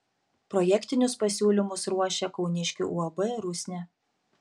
projektinius pasiūlymus ruošė kauniškių uab rusnė